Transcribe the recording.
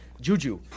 Juju